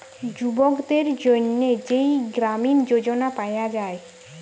যুবকদের জন্যে যেই গ্রামীণ যোজনা পায়া যায়